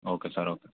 okay sir